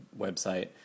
website